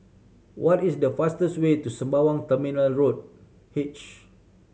what is the fastest way to Sembawang Terminal Road H